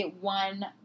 one